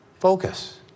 Focus